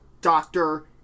doctor